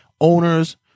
owners